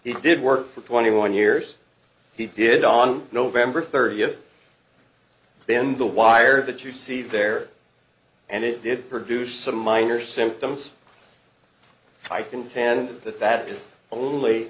he did work for twenty one years he did on november thirtieth then the wire that you see there and it did produce some minor symptoms i contend that that is only